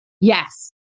Yes